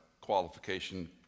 qualification